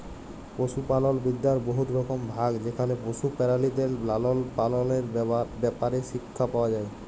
পশুপালল বিদ্যার বহুত রকম ভাগ যেখালে পশু পেরালিদের লালল পাললের ব্যাপারে শিখ্খা পাউয়া যায়